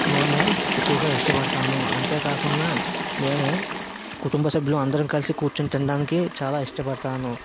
మేము ఎక్కువగా ఇష్టడుతాము అంతేకాకున్నా మేము కుటుంభసభ్యులు అందరం కలిసి కూర్చొని తినడానికి చాలా ఇష్టపడతాను